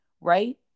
right